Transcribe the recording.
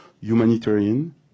humanitarian